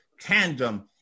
tandem